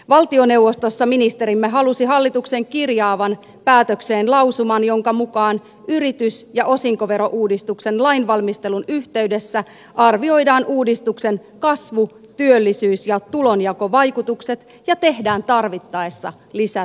valtioneuvostossa ministerimme halusi hallituksen kirjaavan päätökseen lausuman jonka mukaan yritys ja osinkoverouudistuksen lainvalmistelun yhteydessä arvioidaan uudistuksen kasvu työllisyys ja tulonjakovaikutukset ja tehdään tarvittaessa lisätoimia